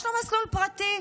יש לו מסלול פרטי.